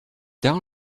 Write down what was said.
down